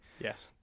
Yes